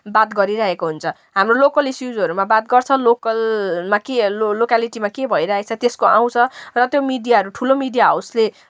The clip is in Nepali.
बात गरिरहेको हुन्छ हाम्रो लोकल इस्युसहरूमा बात गर्छन् लोकलमा के लोकालेटीमा के भइरहेको छ त्यो आउँछ त्यसको र त्यो मिडियाहरू ठुलो मिडिया हाउसले